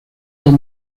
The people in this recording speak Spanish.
top